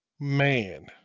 man